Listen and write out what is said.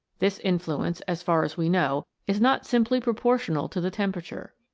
this influence as far as we know is not simply proportional to the temperature.